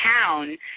town